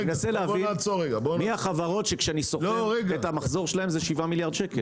להבין מי החברות שכשאני סוכם את המחזור שלהם זה שבעה מיליארד שקל.